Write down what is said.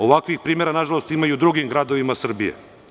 Ovakvih primera, nažalost, ima i u drugim gradovima Srbije.